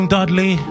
Dudley